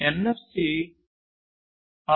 NFC 13